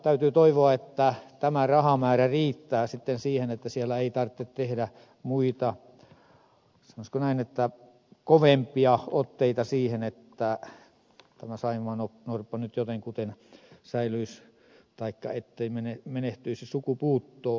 täytyy toivoa että tämä rahamäärä riittää sitten siihen että siellä ei tarvitse ottaa muita sanoisiko näin kovempia otteita siihen että saimaannorppa nyt jotenkuten säilyisi taikka ettei menehtyisi sukupuuttoon